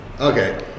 Okay